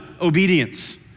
obedience